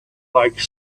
like